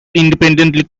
independently